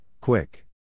quick